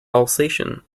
alsatian